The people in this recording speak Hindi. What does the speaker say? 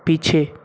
पीछे